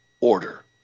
order